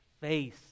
face